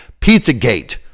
Pizzagate